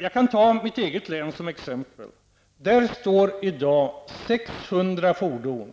Jag kan ta mitt eget län som exempel. Där står i dag 600 fordon --